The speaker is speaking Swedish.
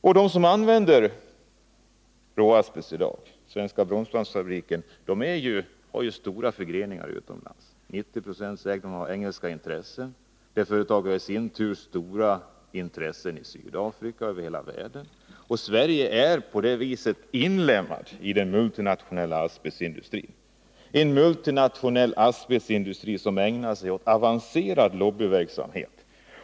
Svenska Bromsbandsfabriken, som använder råasbest i dag, har många förgreningar utomlands. Till 90 26 är det engelska intressen, och det företaget har i sin tur stora intressen i Sydafrika och över hela världen. Sverige är på det viset inlemmat i den multinationella asbestindustrin, en multinationell asbestindustri som ägnar sig åt avancerad lobbyverksamhet.